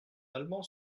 allemand